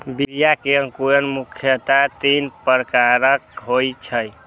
बीया मे अंकुरण मुख्यतः तीन प्रकारक होइ छै